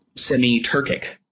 semi-Turkic